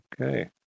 Okay